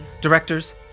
Directors